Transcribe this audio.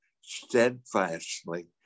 steadfastly